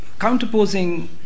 counterposing